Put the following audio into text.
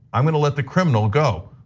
i'm gonna let the criminal go.